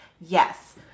yes